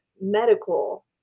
medical